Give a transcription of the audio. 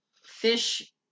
Fish